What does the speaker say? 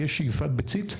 יש שאיבת ביצית?